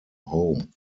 home